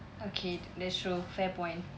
okay that's true fair point